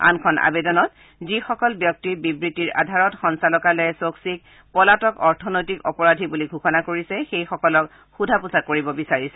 আনখন আৱেদনত যিসকল ব্যক্তিৰ বিবৃতিৰ আধাৰত সঞ্চালকালয়ে চক্সীক পলাতক অৰ্থনৈতিক অপৰাধী বুলি ঘোষণা কৰিছে সেই সকলক সোধা পোছা কৰিব বিচাৰিছে